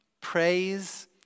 praise